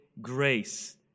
grace